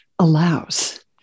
allows